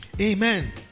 Amen